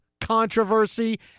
controversy